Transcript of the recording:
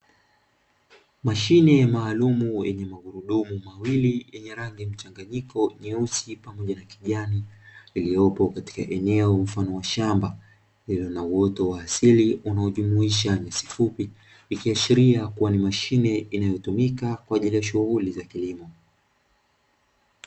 Mashine maalumu yenye magurudumu mawili yenye rangi mchanganyiko nyeusi pamoja na kijani, iliyopo katika eneo mfano wa shamba lililo na uoto asili unaojumuisha nyasi fupi. Ikiashiria ni mashine inayotumika katika shughuli za kilimo